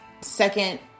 second